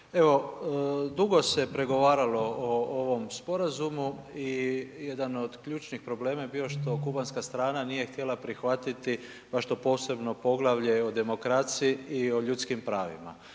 evo dugo se pregovaralo o ovom sporazumu i jedan od ključnih problema je bio što kubanska strana nije htjela prihvatiti baš to posebno poglavlje o demokraciji i o ljudskim pravima.